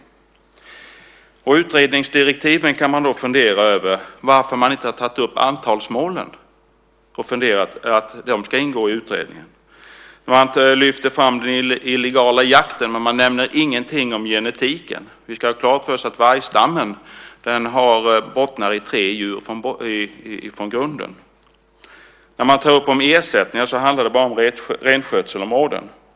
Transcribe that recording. När det gäller utredningsdirektiven kan man fundera över varför inte antalsmålen ska ingå i utredningen. Den illegala jakten lyfts fram, men ingenting nämns om genetiken. Vi ska ha klart för oss att vargstammen bottnar i tre djur. När ersättningar tas upp handlar det bara om renskötselområden.